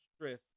stress